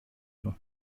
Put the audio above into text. του